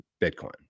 bitcoin